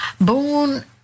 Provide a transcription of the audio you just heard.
Born